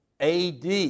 AD